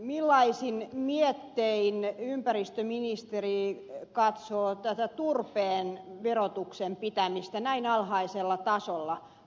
millaisin miettein ympäristöministeri katsoo tätä turpeen verotuksen pitämistä näin alhaisella tasolla